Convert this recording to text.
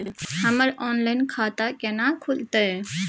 हमर ऑनलाइन खाता केना खुलते?